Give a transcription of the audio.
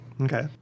Okay